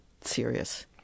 serious